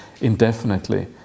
indefinitely